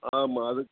ஆமாம் அதுக்கு